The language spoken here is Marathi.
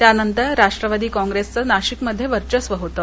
त्यानंतर राष्ट्रवादी काँप्रेसचं नाशिकमध्ये वर्चस्व होतं